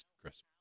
Chris